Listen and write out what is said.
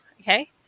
okay